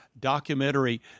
documentary